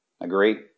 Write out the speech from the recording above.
Agree